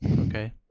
Okay